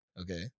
Okay